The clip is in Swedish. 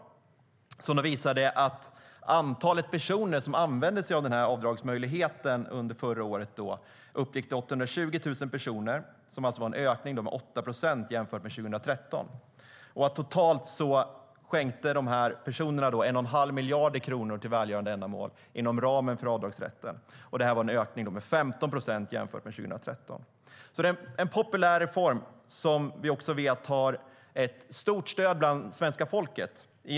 De visar att antalet personer som använde denna avdragsmöjlighet under förra året uppgick till 820 000, vilket är en ökning med 8 procent från 2013. Totalt skänkte dessa personer 1 1⁄2 miljard kronor till välgörande ändamål inom ramen för avdragsrätten. Det var en ökning med 15 procent från 2013. Det är alltså en populär reform, och vi vet att den också har stort stöd bland svenska folket.